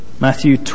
Matthew